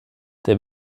der